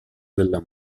della